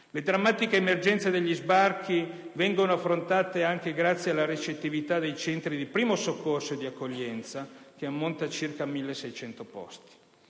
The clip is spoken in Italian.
Le drammatiche emergenze degli sbarchi vengono affrontate anche grazie alla ricettività dei centri di primo soccorso e di accoglienza, che ammonta a circa 1.600 posti.